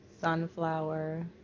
sunflower